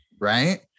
Right